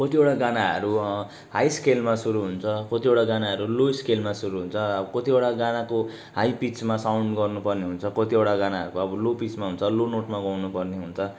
कतिवटा गानाहरू हाई स्केलमा सुरु हुन्छ कतिवटा गानाहरू लो स्केलमा सुरु हुन्छ अब कतिवटा गानाको हाई पिचमा साउन्ड गर्नुपर्ने हुन्छ कतिवटा गानाहरूको अब लो पिचमा हुन्छ लो नोट लगाउनुपर्ने हुन्छ